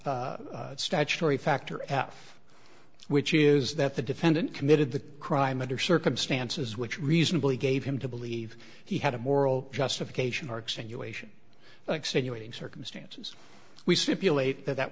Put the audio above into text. statutory factor af which is that the defendant committed the crime under circumstances which reasonably gave him to believe he had a moral justification arcsin you ation extenuating circumstances we stipulate that that